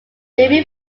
baby